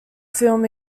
film